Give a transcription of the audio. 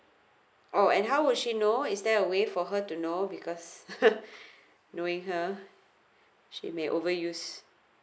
oh and how would she know is there a way for her to know because knowing her she may overuse